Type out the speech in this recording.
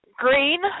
Green